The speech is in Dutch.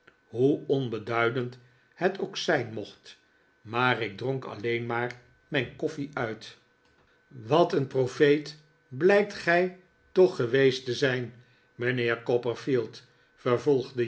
hoe onbeduidend het ook zijn mocht maar ik dronk alleen maar mijn koffie uit wat een profeet blijkt gij toch geweest te zijn mijnheer